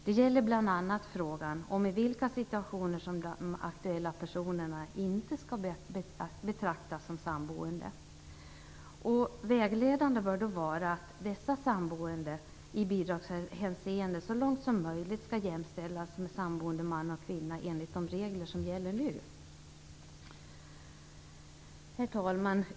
Det gäller bl.a. frågan om i vilka situationer som de aktuella personerna inte skall betraktas som samboende. Vägledande bör då vara att dessa samboende i bidragshänseende så långt som möjligt skall jämställas med samboende man och kvinna enligt de regler som gäller nu. Herr talman!